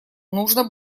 нужно